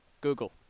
Google